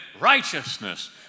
righteousness